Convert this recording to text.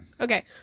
Okay